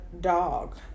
dog